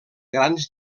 grans